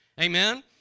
amen